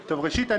ראשית,